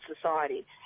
society